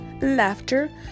laughter